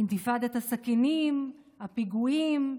אינתיפאדת הסכינים, הפיגועים.